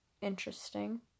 interesting